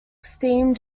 steamed